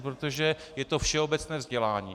Protože je to všeobecné vzdělání.